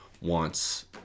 wants